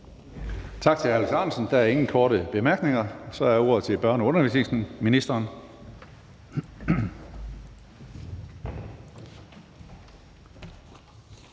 Tak til hr. Alex Ahrendtsen. Der er ingen korte bemærkninger. Så giver jeg ordet til børne- og undervisningsministeren.